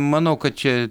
manau kad čia